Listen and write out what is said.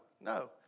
no